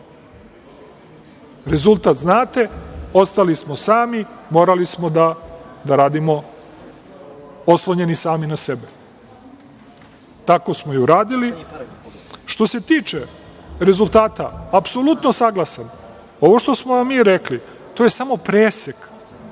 Rezultat znate. Ostali smo sami. Morali smo da radimo oslonjeni sami na sebe. Tako smo i uradili. Što se tiče rezultata, apsolutno saglasan, ovo što smo vam mi rekli, to je samo presek,